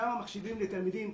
כמה מחשבים לתלמידים,